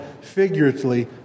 figuratively